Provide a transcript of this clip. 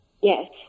Yes